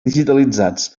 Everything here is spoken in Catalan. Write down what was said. digitalitzats